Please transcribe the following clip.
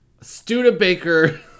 Studebaker